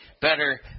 better